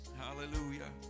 Hallelujah